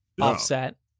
offset